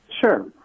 Sure